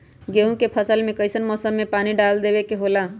गेहूं के फसल में कइसन मौसम में पानी डालें देबे के होला?